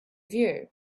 view